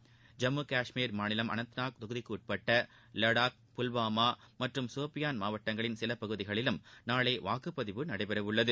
ஐம்மு கஷ்மீர் மாநிலம் அனந்தநாக் தொகுதிக்குட்பட்ட லடாக் புல்வாமா மற்றும் சோபியான் மாவட்டங்களின் சில பகுதிகளிலும் நாளை வாக்குப்பதிவு நடைபெறவுள்ளது